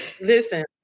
Listen